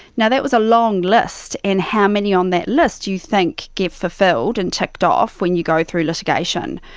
now, that was a long list, and how many on that list do you think get fulfilled and ticked off when you go through litigation?